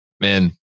man